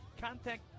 Contact